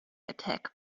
attack